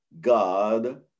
God